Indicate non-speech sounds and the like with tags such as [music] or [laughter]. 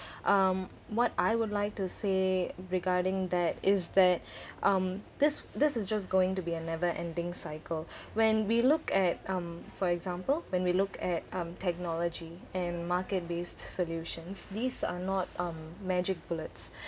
um what I would like to say regarding that is that [breath] um this this is just going to be a never-ending cycle [breath] when we look at um for example when we look at um technology and market-based solutions these are not um magic bullets